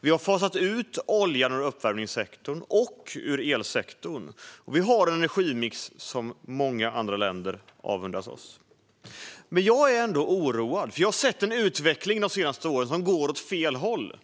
Vi har fasat ut oljan ur uppvärmningssektorn och ur elsektorn. Vi har en energimix som många andra länder avundas oss. Men jag är ändå oroad, för jag har de senaste åren sett en utveckling som gått åt fel håll.